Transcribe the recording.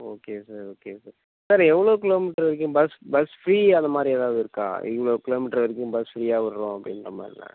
okay sir okay sir sir எவ்வளோ kilometre வரைக்கும் bus bus free அதுமாரி எஏதாவது இருக்கா இவ்வளோ கிலோமீட்டர் வரைக்கும் பஸ் ஃப்ரீயாக விடுறோம் அப்படின்ற மாதிரிலாம்